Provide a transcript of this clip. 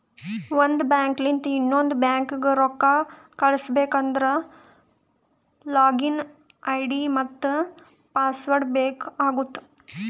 ಒಂದ್ ಬ್ಯಾಂಕ್ಲಿಂದ್ ಇನ್ನೊಂದು ಬ್ಯಾಂಕ್ಗ ರೊಕ್ಕಾ ಕಳುಸ್ಬೇಕ್ ಅಂದ್ರ ಲಾಗಿನ್ ಐ.ಡಿ ಮತ್ತ ಪಾಸ್ವರ್ಡ್ ಬೇಕ್ ಆತ್ತುದ್